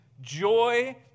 joy